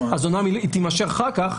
אומנם היא תימשך אחר כך,